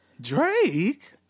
Drake